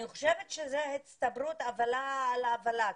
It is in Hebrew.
אני חושבת שזו הצטברות עוולה על עוולה.